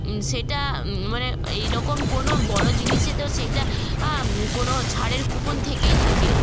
সেটা মানে এই রকম কোনো বড়ো জিনিসে তো সেইটা কোনো ছাড়ের কুপন থেকেই থাকে